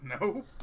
No